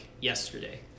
yesterday